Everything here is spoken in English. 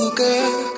girl